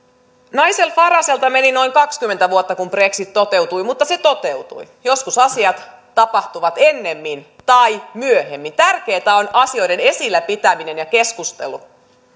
nigel faragelta meni noin kaksikymmentä vuotta kunnes brexit toteutui mutta se toteutui joskus asiat tapahtuvat ennemmin tai myöhemmin tärkeätä on asioiden esillä pitäminen ja keskustelu